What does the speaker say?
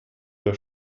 der